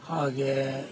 ಹಾಗೇ